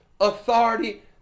authority